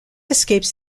escapes